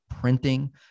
printing